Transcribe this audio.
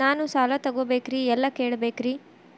ನಾನು ಸಾಲ ತೊಗೋಬೇಕ್ರಿ ಎಲ್ಲ ಕೇಳಬೇಕ್ರಿ?